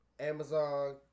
Amazon